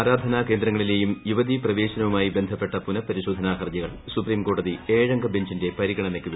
ആരാധനാ കേന്ദ്രങ്ങളിലെയും യുവതീ പ്രവേശനവുമായി ബന്ധപ്പെട്ട പുനപരിശോധനാ ഹർജികൾ സുപ്രീംകോടതി ഏഴംഗ ബഞ്ചിന്റെ പരിഗണനയ്ക്ക് വിട്ടു